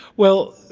well,